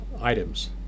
items